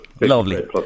Lovely